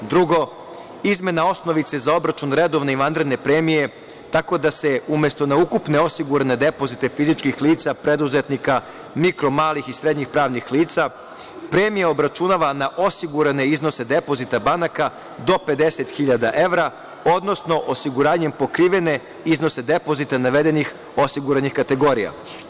Drugo, izmena osnovice za obračun redovne i vanredne premije, tako da se umesto na ukupne osigurane depozite fizičkih lica, preduzetnika mikro, malih i srednjih pravnih lica premija obračunava na osigurane iznose depozita banaka do 50 hiljada evra, odnosno osiguranjem pokrivene iznose depozita navedenih osiguranih kategorija.